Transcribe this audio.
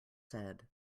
said